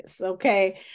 okay